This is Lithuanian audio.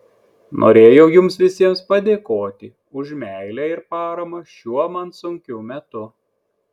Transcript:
norėjau jums visiems padėkoti už meilę ir paramą šiuo man sunkiu metu